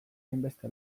hainbeste